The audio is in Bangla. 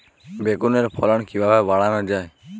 বেগুনের ফলন কিভাবে বাড়ানো যায়?